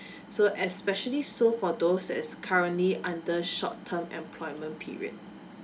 so especially so for those that is currently under short term employment period